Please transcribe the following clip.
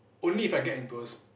only if I get into a s~